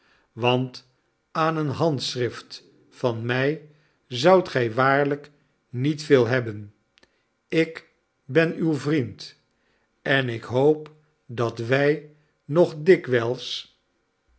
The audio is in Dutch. want aan een handschrift van my zoudt gij waarlijk niet veel hebben ik ben uw vriend en ik hoop dat wij nog dikwijls